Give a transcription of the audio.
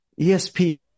ESP